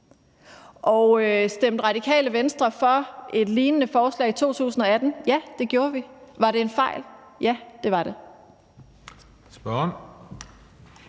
Og stemte Radikale Venstre for et lignende forslag i 2018? Ja, det gjorde vi. Var det en fejl? Ja, det var det.